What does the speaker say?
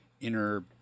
inner